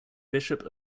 bishop